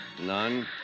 None